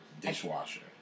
dishwasher